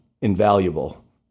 invaluable